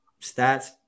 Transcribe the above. stats